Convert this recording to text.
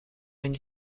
une